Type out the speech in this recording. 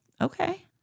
Okay